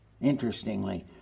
Interestingly